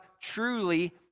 truly